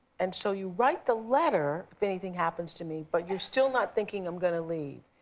and so, you write the letter, if anything happens to me, but you're still not thinking, i'm gonna leave.